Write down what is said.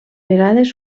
vegades